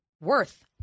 worth